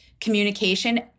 communication